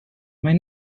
mijn